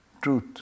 truth